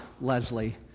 Leslie